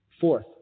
Fourth